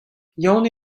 yann